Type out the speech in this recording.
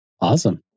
Awesome